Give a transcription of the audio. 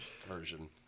version